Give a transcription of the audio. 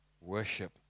worship